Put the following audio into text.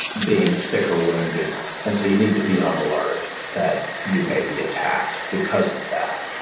being sick or wounded and so you need to be on alert that you may be attacked because of that.